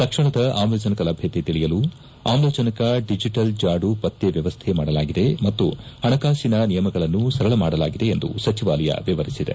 ತಕ್ಷಣದ ಆಮ್ಲಜನಕ ಲಭ್ಯತೆ ತಿಳಿಯಲು ಆಮ್ಲಜನಕ ಡಿಜಿಟಲ್ ಜಾಡು ಪತ್ತೆ ವ್ಲವಸ್ಥೆಮಾಡಲಾಗಿದೆ ಮತ್ತು ಹಣಕಾಸಿನ ನಿಯಮಗಳನ್ನು ಸರಳಮಾಡಲಾಗಿದೆ ಎಂದು ಸಚಿವಾಲಯ ವಿವರಿಸಿದೆ